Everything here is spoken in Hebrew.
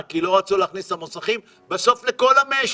כי לא רצו להכניס אותם ובסוף לכל המשק.